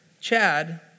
Chad